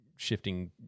Shifting